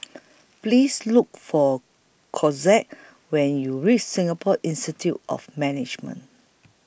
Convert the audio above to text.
Please Look For Cortez when YOU REACH Singapore Institute of Management